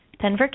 Denver